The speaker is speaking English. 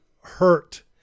hurt